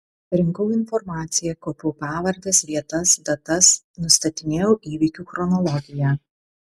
rinkau informaciją kaupiau pavardes vietas datas nustatinėjau įvykių chronologiją